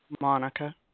Monica